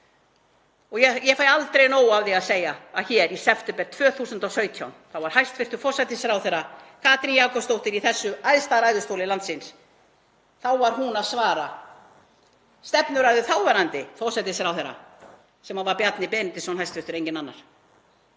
nú. Ég fæ aldrei nóg af því að segja að hér í september 2017 var hæstv. forsætisráðherra Katrín Jakobsdóttir í þessum æðsta ræðustóli landsins, þá var hún að svara stefnuræðu þáverandi forsætisráðherra, sem var Bjarni Benediktsson, hæstv., enginn annar,